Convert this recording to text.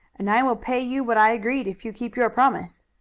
and i will pay you what i agreed if you keep your promise.